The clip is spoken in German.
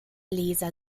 leser